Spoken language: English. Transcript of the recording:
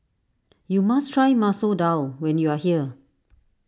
you must try Masoor Dal when you are here